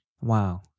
Wow